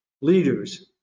leaders